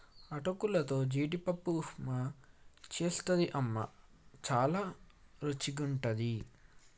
అటుకులతో జీడిపప్పు ఉప్మా చేస్తది అమ్మ చాల రుచిగుంటది